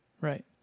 Right